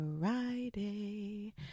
Friday